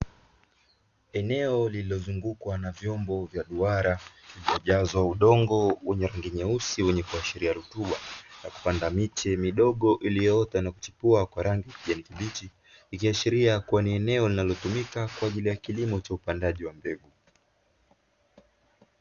Eneo lilozungukwa na vyombo vya duara vilivyojazwa udongo wa rangi nyeusi, wenye kuashiria rutuba ya kupanda miche midogo iliyoota na kuchipua kwa rangi ya kijani kibichi, ikiashiria kuwa ni eneo linalotumika kwa kilimo cha upandaji wa mbegu.